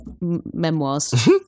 memoirs